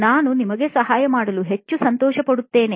ನಾನು ನಿಮಗೆ ಸಹಾಯ ಮಾಡಲು ಹೆಚ್ಚು ಸಂತೋಷಪಡುತ್ತೇನೆ